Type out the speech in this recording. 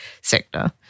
sector